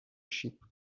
sheep